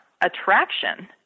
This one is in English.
attraction